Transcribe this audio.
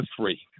three